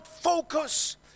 focus